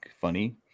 funny